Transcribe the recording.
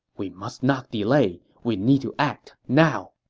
we must not delay. we need to act now!